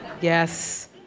Yes